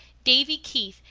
davy keith,